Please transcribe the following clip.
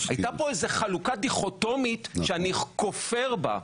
הייתה פה איזה חלוקה דיכוטומית שאני כופר בה,